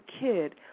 kid